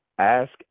Ask